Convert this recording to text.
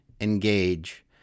engage